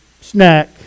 snack